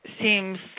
seems